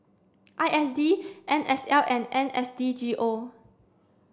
I S D N S L and N S D G O